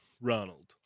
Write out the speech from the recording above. Ronald